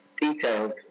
detailed